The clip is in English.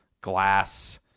glass